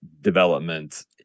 development